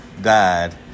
died